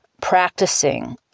practicing